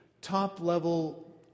top-level